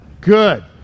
Good